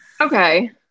Okay